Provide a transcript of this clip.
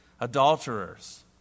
adulterers